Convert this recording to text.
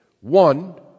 One